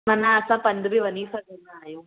माना असां पंध बि वञीं सघंदा आहियूं